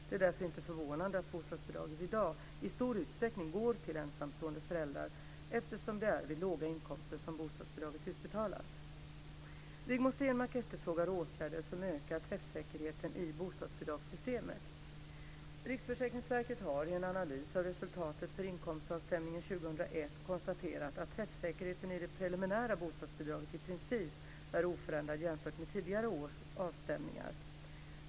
Det är därför inte förvånande att bostadsbidraget i dag i stor utsträckning går till ensamstående föräldrar, eftersom det är vid låga inkomster som bostadsbidraget utbetalas. Rigmor Stenmark efterfrågar åtgärder som ökar träffsäkerheten i bostadsbidragssystemet. Riksförsäkringsverket har i en analys av resultatet för inkomstavstämningen 2001 konstaterat att träffsäkerheten i det preliminära bostadsbidraget i princip är oförändrad jämfört med tidigare års avstämningar.